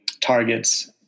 targets